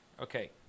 Okay